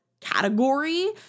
category